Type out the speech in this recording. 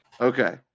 Okay